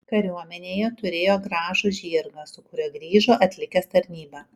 kariuomenėje turėjo gražų žirgą su kuriuo grįžo atlikęs tarnybą